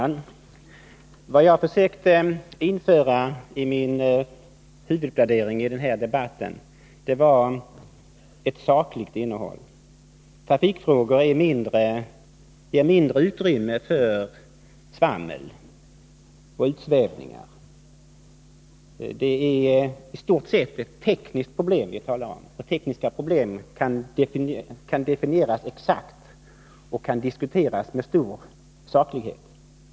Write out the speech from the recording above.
Herr talman! Jag försökte i min huvudplädering införa ett sakligt innehåll i debatten. Trafikfrågor ger litet utrymme för svammel och utsvävningar. I stort sett rör det sig om tekniska problem, och sådana problem kan definieras exakt och diskuteras med stor saklighet.